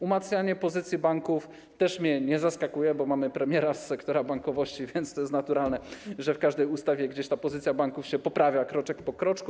Umacnianie pozycji banków też mnie nie zaskakuje, bo mamy premiera z sektora bankowości, więc to jest naturalne, że w każdej ustawie gdzieś ta pozycja banków się poprawia kroczek po kroczku.